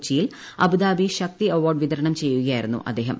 കൊച്ചിയിൽ Abu Dhabi Shakti award വിതരണം ചെയ്യുകയായിരുന്നു അദ്ദേഹം